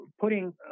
putting